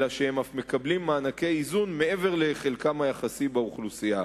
אלא הם אף מקבלים מענקי איזון מעבר לחלקם היחסי באוכלוסייה.